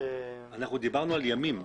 דיברנו על ימים.